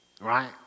right